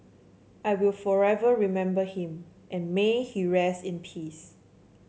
I will forever remember him and may he rest in peace